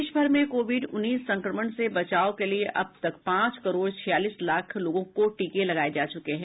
देशभर में कोविड उन्नीस संक्रमण से बचाव के लिए अब तक पांच करोड छियालीस लाख लोगों को टीके लगाये जा चुके हैं